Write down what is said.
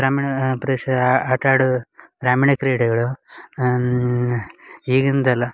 ಗ್ರಾಮೀಣ ಪ್ರದೇಶದ ಆಟ ಆಡುದು ಗ್ರಾಮೀಣ ಕ್ರೀಡೆಗಳು ಈಗಿಂದಲ್ಲ